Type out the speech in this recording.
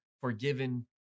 forgiven